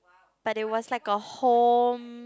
but that was like a home